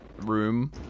room